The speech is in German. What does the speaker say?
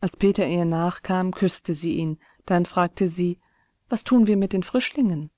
als peter ihr nachkam küßte sie ihn dann fragte sie was tun wir mit den frischlingen